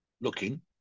looking